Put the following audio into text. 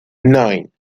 nine